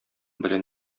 белән